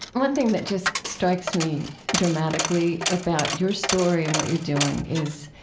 one thing that just strikes me dramatically about your story and what you're doing is,